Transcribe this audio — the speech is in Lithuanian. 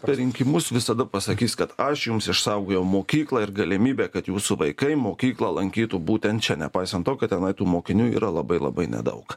per rinkimus visada pasakys kad aš jums išsaugojau mokyklą ir galimybę kad jūsų vaikai mokyklą lankytų būtent čia nepaisant to kad tenai tų mokinių yra labai labai nedaug